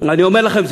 אני אומר לכם,